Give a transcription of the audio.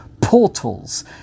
portals